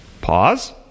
Pause